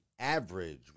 average